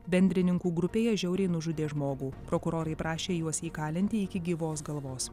bendrininkų grupėje žiauriai nužudė žmogų prokurorai prašė juos įkalinti iki gyvos galvos